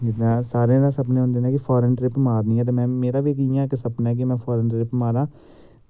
जियां सारें गा सपने होंदे नै कि फारेन ट्रिप मारनी ऐ ते मैं मेरा बी इयां इक सपना ऐ कि मैं इक फाॉरन ट्रिप मारां